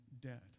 dead